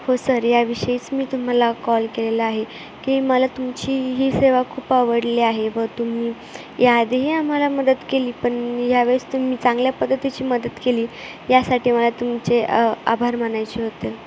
हो सर याविषयीच मी तुम्हाला कॉल केलेला आहे की मला तुमची ही सेवा खूप आवडली आहे व तुम्ही याआधीही आम्हाला मदत केली पण यावेळेस तुम्ही चांगल्या पद्धतीची मदत केली यासाठी मला तुमचे आभार मानायचे होते